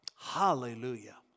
Hallelujah